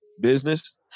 business